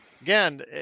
Again